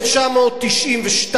חוק תקציבי, זה חוק חוקתי.